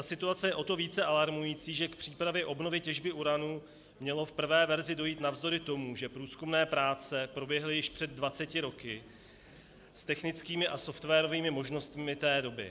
Situace je o to více alarmující, že k přípravě obnovy těžby uranu mělo v prvé verzi dojít navzdory tomu, že průzkumné práce proběhly již před 20 roky s technickými a softwarovými možnostmi té doby.